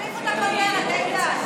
תחליפו את הכותרת, איתן.